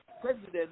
president